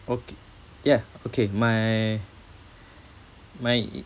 okay yeah okay my my